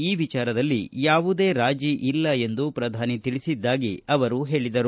ಈ ವಿಚಾರದಲ್ಲಿ ಯಾವುದೇ ರಾಜೀ ಇಲ್ಲ ಎಂದು ಪ್ರಧಾನಿ ತಿಳಿಸಿದ್ದಾಗಿ ಅವರು ಹೇಳಿದರು